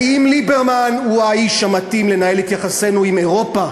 האם ליברמן הוא האיש המתאים לנהל את יחסינו עם אירופה,